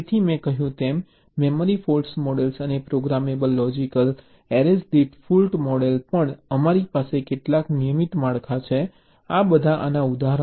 તેથી મેં કહ્યું તેમ મેમરી ફોલ્ટ મોડલ અને પ્રોગ્રામેબલ લોજિક એરેઝ દીઠ ફોલ્ટ મોડલ પણ અમારી પાસે કેટલાક નિયમિત માળખાં છે આ બધા આના ઉદાહરણો છે